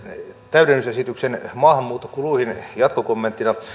täydennysesityksen maahanmuuttokuluihin jatkokommenttina